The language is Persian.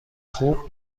خوب